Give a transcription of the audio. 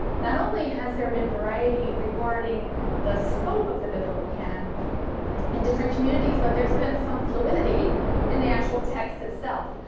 not only has there been variety regarding the scope of the biblical canon in different communities, but there's been some fluidity in the actual text itself.